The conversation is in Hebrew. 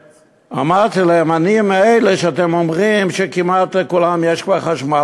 ואמרתי להם: אני מאלה שאתם אומרים שכמעט לכולם יש כבר חשמל.